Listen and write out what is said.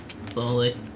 slowly